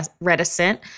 reticent